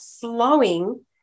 flowing